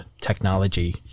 technology